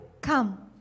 come